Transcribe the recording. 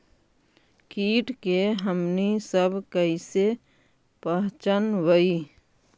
किट के हमनी सब कईसे पहचनबई?